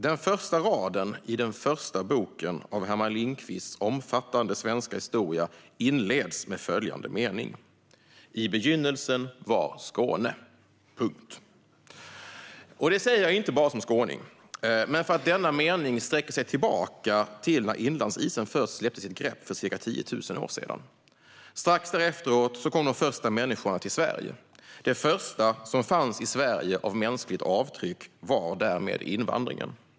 Den första raden i den första boken av Herman Lindqvists omfattande svenska historia inleds med följande mening: I begynnelsen var Skåne - punkt! Det säger jag inte bara som skåning utan för att denna mening sträcker sig tillbaka till när inlandsisen först släppte sitt grepp för ca 10 000 år sedan. Strax därefter kom de första människorna till Sverige. Det första som fanns i Sverige av mänskligt avtryck var därmed invandringen.